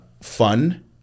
fun